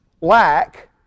lack